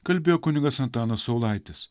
kalbėjo kunigas antanas saulaitis